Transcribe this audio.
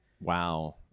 wow